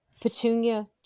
petunia